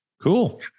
cool